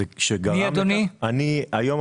כתוצאה